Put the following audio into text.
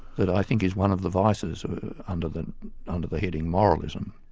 that i think is one of the vices under the under the heading moralism.